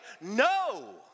no